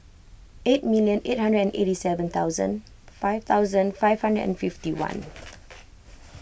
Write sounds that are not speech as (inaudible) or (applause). eight million eight hundred and eighty seven thousand five thousand five hundred and fifty one (noise)